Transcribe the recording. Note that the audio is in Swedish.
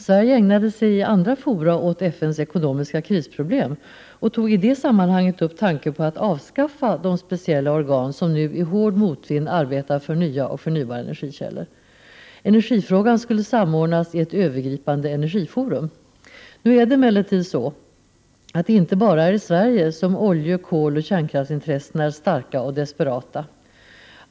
Sverige ägnade sig i andra fora åt FN:s ekonomiska krisproblem och tog i det sammanhanget upp tanken på att avskaffa de speciella organ som nu i hård motvind arbetar för nya och förnybara energikällor. Energifrågan skulle samordnas i ett övergripande energiforum. Nu är det emellertid så, att det inte bara är i Sverige som olje-, koloch kärnkraftsintressena är starka och desperata.